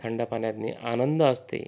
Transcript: थंड पाण्यातनी आनंद असतो